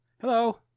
Hello